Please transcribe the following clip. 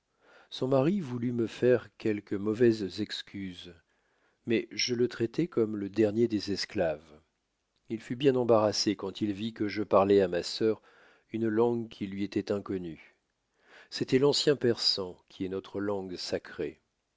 son mari voulut me faire quelques mauvaises excuses mais je le traitai comme le dernier des esclaves il fut bien embarrassé quand il vit que je parlois à ma sœur une langue qui lui étoit inconnue c'étoit l'ancien persan qui est notre langue sacrée